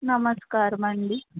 నమస్కారమండి